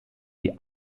die